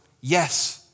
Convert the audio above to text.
Yes